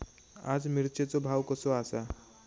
आज मिरचेचो भाव कसो आसा?